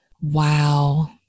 Wow